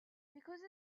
because